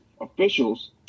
officials